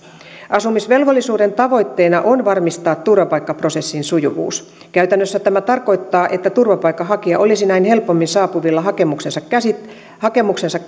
asumisvelvollisuuden tavoitteena on varmistaa turvapaikkaprosessin sujuvuus käytännössä tämä tarkoittaa että turvapaikanhakija olisi näin helpommin saapuvilla hakemuksensa käsittelyä hakemuksensa